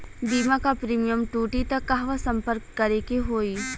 बीमा क प्रीमियम टूटी त कहवा सम्पर्क करें के होई?